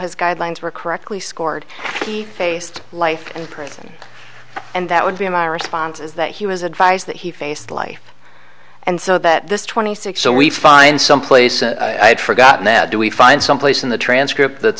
his guidelines were correctly scored he faced life in prison and that would be my response is that he was advised that he faced life and so that this twenty six so we find someplace i had forgotten then do we find someplace in the transcript that